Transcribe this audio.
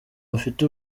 bafite